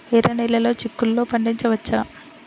ఎర్ర నెలలో చిక్కుల్లో పండించవచ్చా?